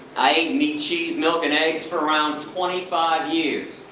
i ate meat, cheese, milk and eggs for around twenty five years.